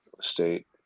state